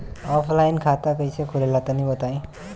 Offline खाता कइसे खुले ला तनि बताई?